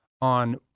on